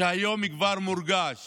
שהיום כבר מורגש